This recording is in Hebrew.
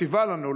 ציווה עלינו,